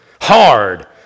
Hard